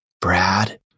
Brad